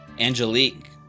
Angelique